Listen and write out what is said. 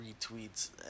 retweets